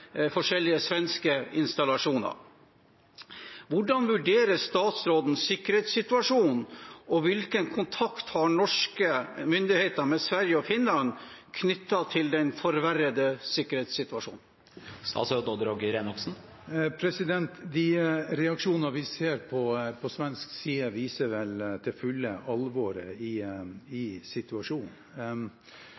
forskjellige svenske installasjoner. Hvordan vurderer statsråden sikkerhetssituasjonen, og hvilken kontakt har norske myndigheter med Sverige og Finland knyttet til den forverrede sikkerhetssituasjonen? De reaksjonene vi ser på svensk side, viser vel til fulle alvoret i situasjonen. Økt spenning i